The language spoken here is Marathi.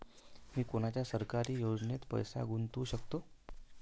मी कोनच्या सरकारी योजनेत पैसा गुतवू शकतो?